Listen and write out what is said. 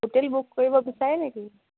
hotel book কৰিব বিচাৰে নেকি